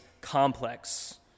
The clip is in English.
complex